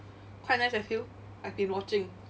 quite nice I feel I've been watching